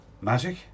magic